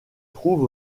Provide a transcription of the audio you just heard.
trouve